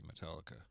Metallica